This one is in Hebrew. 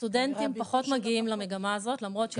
הסטודנטים פחות מגיעים למגמה הזאת למרות שהיא מאוד נדרשת.